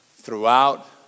throughout